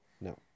no